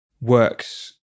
works